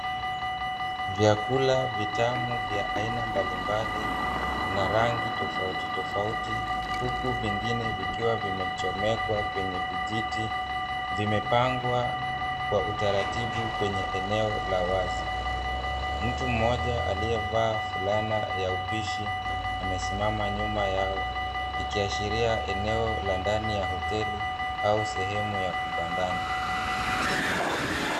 Vyakula vitamu vya aina mbalimbali na rangi tofauti tofauti huku vingine vikiwa vimechomekwa kwenye vijiti, vimepangwa kwa utaratibu kwenye eneo la wazi. Mtu mmoja aliyevaa fulana ya upishi amesimama nyuma yao. Ikiashiria eneo ya ndani ya hoteli au sehemu ya vibandani.